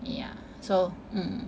yeah so mm